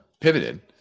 pivoted